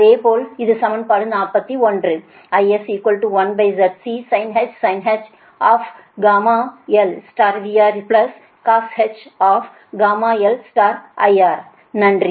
அதேபோல் இது சமன்பாடு 41 IS 1Zc sinh γlVRcosh γlIR நன்றி